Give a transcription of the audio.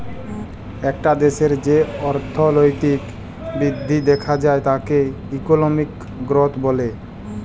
একটা দ্যাশের যে অর্থলৈতিক বৃদ্ধি দ্যাখা যায় তাকে ইকলমিক গ্রথ ব্যলে